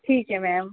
ਠੀਕ ਹੈ ਮੈਮ